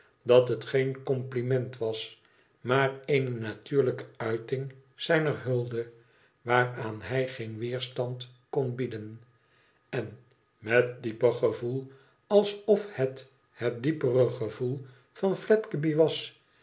dat het geen comphment was maar eene natuurlijke uiting zijner hulde waaraan hij geen weerstand kon bieden en met dieper gevoel alsof bet het diepere gevoel van fledgeby was